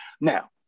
Now